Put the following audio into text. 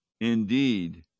indeed